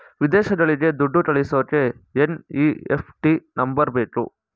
ವಿದೇಶಗಳಿಗೆ ದುಡ್ಡು ಕಳಿಸೋಕೆ ಎನ್.ಇ.ಎಫ್.ಟಿ ನಂಬರ್ ಬೇಕು